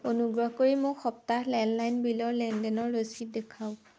অনুগ্ৰহ কৰি মোক সপ্তাহ লেণ্ডলাইন বিলৰ লেনদেনৰ ৰচিদ দেখুৱাওক